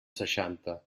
seixanta